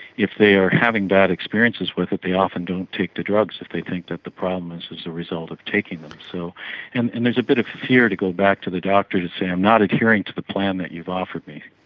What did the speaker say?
if they are having bad experiences with it they often don't take the drugs if they think that the problem is as a result of taking them. so and and there's a bit of fear to go back to the doctors and say um not adhering to the plan that you've offered me.